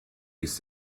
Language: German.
vus